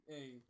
Hey